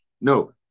No